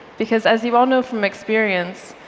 because as you all know from experience,